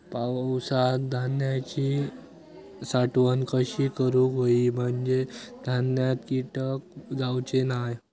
पावसात धान्यांची साठवण कशी करूक होई म्हंजे धान्यात कीटक जाउचे नाय?